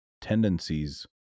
tendencies